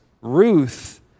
Ruth